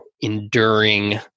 enduring